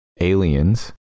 aliens